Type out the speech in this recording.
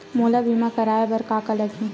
मोला बीमा कराये बर का का लगही?